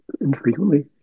infrequently